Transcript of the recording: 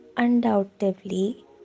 undoubtedly